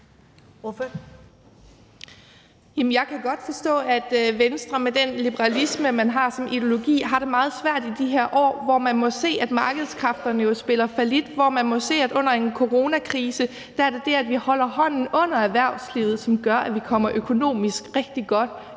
Jeg kan godt forstå, at Venstre med den liberalisme, som man har som ideologi, har det meget svært i de her år, hvor man må se, at markedskræfterne spiller fallit, og hvor man under en coronakrise må se, at det er det, at vi holder hånden under erhvervslivet, der gør, at vi økonomisk kommer rigtig godt